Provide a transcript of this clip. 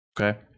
okay